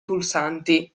pulsanti